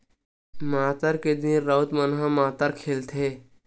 मातर के दिन राउत मन ह मातर खेलाथे